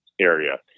area